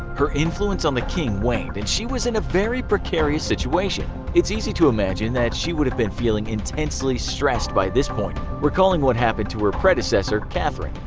her influence on the king waned and she was in a very precarious situation easy to imagine that she would have been feeling intensely stressed by this point, recalling what happened to her predecessor, catherine.